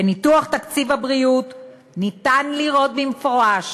בניתוח תקציב הבריאות ניתן לראות במפורש